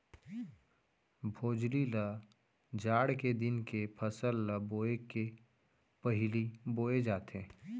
भोजली ल जाड़ के दिन के फसल ल बोए के पहिली बोए जाथे